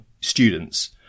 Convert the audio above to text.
students